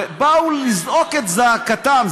ובאו לזעוק את זעקתם.